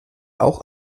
auch